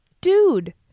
Dude